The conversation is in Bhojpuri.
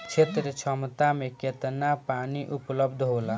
क्षेत्र क्षमता में केतना पानी उपलब्ध होला?